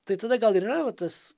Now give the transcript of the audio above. tai tada gal yra va tas